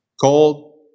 Cold